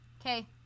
Okay